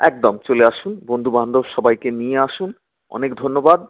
একদম চলে আসুন বন্ধু বান্ধব সবাইকে নিয়ে আসুন অনেক ধন্যবাদ